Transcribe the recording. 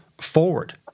forward